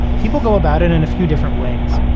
people go about it in a few different ways.